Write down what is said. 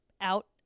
out